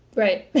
right.